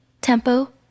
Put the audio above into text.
tempo